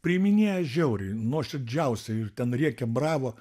priiminėja žiauriai nuoširdžiausiai ir ten rėkia bravo